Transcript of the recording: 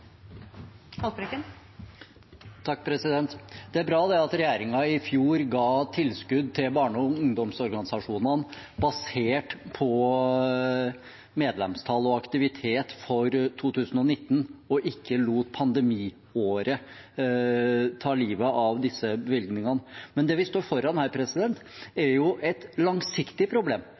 bra at regjeringen i fjor ga tilskudd til barne- og ungdomsorganisasjonene basert på medlemstall og aktivitet for 2019 og ikke lot pandemiåret ta livet av disse bevilgningene. Men det vi står foran her, er jo et langsiktig problem.